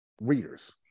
readers